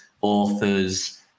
authors